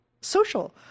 social